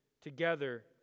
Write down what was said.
together